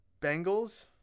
Bengals